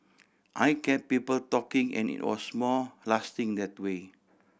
I kept people talking and it was more lasting that way